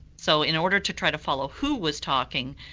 so in order to try to follow who was talking,